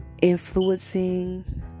influencing